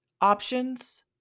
Options